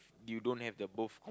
you don't have the both